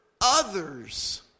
others